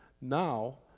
Now